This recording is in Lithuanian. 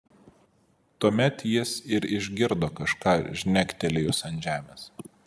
tuomet jis ir išgirdo kažką žnektelėjus ant žemės